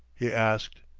he asked.